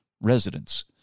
residents